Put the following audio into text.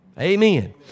Amen